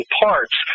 parts